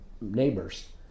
neighbors